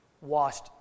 washed